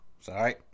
Sorry